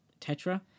Tetra